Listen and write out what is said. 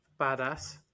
Badass